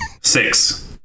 Six